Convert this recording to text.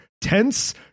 tense